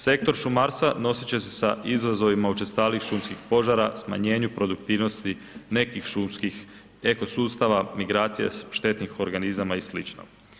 Sektor šumarstva nosit će se sa izazovima učestalijih šumskih požara, smanjenju produktivnosti nekih šumskih ekosustava, migracija štetnih organizama i slično.